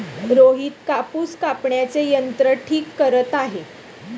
रोहित कापूस कापण्याचे यंत्र ठीक करत आहे